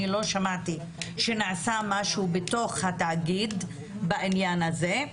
אני לא שמעתי שנעשה משהו בתוך התאגיד בעניין הזה.